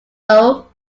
oaks